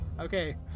Okay